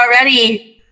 already